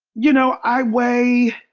you know, i weigh